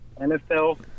NFL